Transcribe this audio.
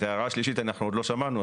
את ההערה השלישית אנחנו עוד לא שמענו,